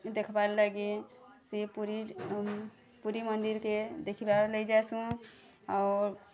ଦେଖ୍ବାର୍ ଲାଗି ସେ ପୁରୀ ପୁରୀ ମନ୍ଦିର୍କେ ଦେଖିବାର୍ ନେଇ ଯାସୁ ଔର୍